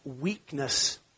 weakness